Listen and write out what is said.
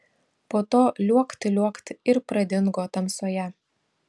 po to liuokt liuokt ir pradingo tamsoje